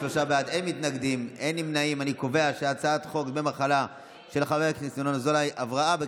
את הצעת חוק דמי מחלה (היעדרות בשל מחלת ילד) (תיקון,